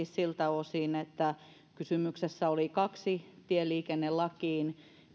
siltä osin että kysymyksessä oli kaksi tieliikennelakiin